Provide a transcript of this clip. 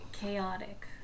chaotic